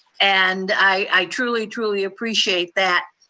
and i truly, truly appreciate that.